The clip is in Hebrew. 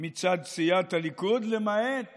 מצד סיעת הליכוד, למעט